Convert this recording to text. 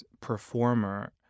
performer